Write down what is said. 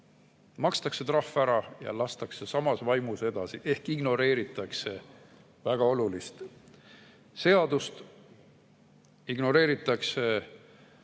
Makstakse trahv ära ja lastakse samas vaimus edasi ehk ignoreeritakse väga olulist seadust, ignoreeritakse